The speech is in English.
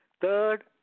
Third